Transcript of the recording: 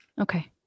Okay